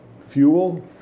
Fuel